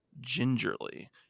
gingerly